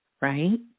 right